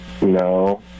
No